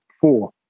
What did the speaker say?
four